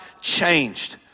changed